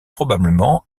probablement